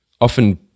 often